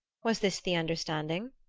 was this the understanding?